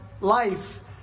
life